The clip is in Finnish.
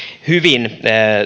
hyvin